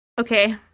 Okay